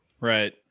Right